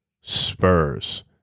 Spurs